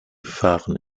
fahren